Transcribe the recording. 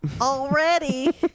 Already